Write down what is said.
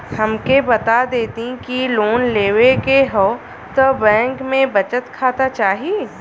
हमके बता देती की लोन लेवे के हव त बैंक में बचत खाता चाही?